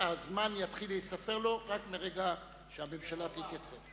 אבל הזמן יתחיל להיספר לו רק מרגע שהממשלה תתייצב.